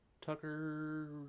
Tucker